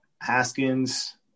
Haskins